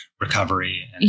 recovery